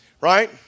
Right